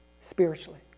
spiritually